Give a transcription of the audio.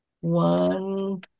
one